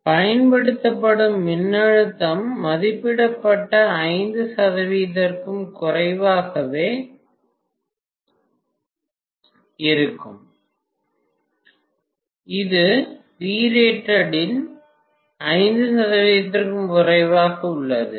பயன்படுத்தப்படும் மின்னழுத்தம் மதிப்பிடப்பட்ட 5 சதவீதத்திற்கும் குறைவாகவே இருக்கும் இது Vrated இன் 5 சதவீதத்திற்கும் குறைவாக உள்ளது